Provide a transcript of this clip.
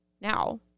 now